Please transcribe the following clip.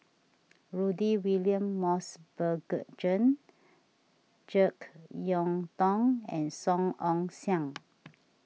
Rudy William Mosbergen Jane Jek Yeun Thong and Song Ong Siang